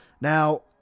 now